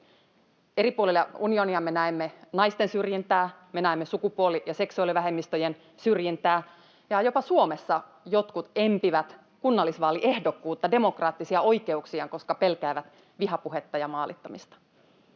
Eri puolilla unionia me näemme naisten syrjintää, me näemme sukupuoli- ja seksuaalivähemmistöjen syrjintää, ja jopa Suomessa jotkut empivät kunnallisvaaliehdokkuutta, demokraattisia oikeuksiaan, koska pelkäävät vihapuhetta ja maalittamista.